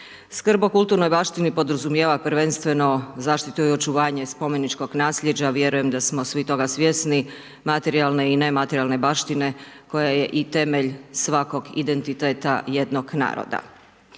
Skrb o kulturnoj baštini podrazumijeva prvenstveno zaštitu i očuvanje spomeničkog nasljeđa, vjerujem da smo svi toga svjesni, materijalne i nematerijalne baštine koja je i temelj svakog identiteta jednog naroda.